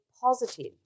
positive